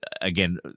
again